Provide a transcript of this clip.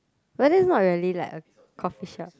but that's not really like a coffeeshop